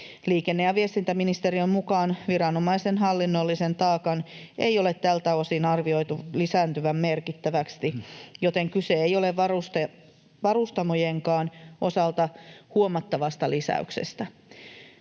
Liikenne- ja viestintäministeriön mukaan viranomaisten hallinnollisen taakan ei ole tältä osin arvioitu lisääntyvän merkittävästi, joten kyse ei ole varustamojenkaan osalta huomattavasta lisäyksestä.